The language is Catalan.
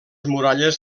muralles